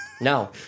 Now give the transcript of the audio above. no